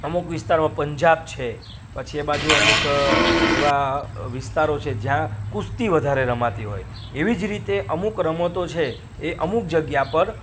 અમુક વિસ્તારમાં પંજાબ છે પછી એ બાજુ અમુક એવા વિસ્તારો છે જ્યાં કુસ્તી વધારે રમાતી હોય એવી જ રીતે અમુક રમતો છે એ અમુક જગ્યા પર